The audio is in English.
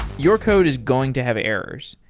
your code is going to have errors,